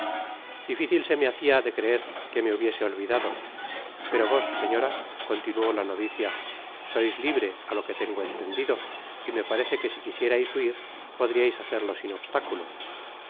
dificil se me hacia de creer que me hubiese olvidado pero vos señora continuó la novicia sois libre á to que tengo entendido y me parece que si quisierais huir podriais hacerlo sin obstáculo